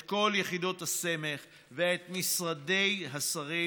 את כל יחידות הסמך ואת משרדי השרים,